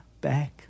back